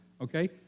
okay